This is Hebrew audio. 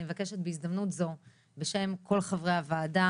אני מבקשת בהזדמנות זו בשם כל חברי הוועדה